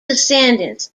descendants